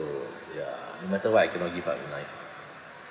ya no matter what I cannot give up in life